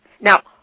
Now